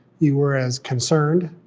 you were as concerned,